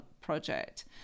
project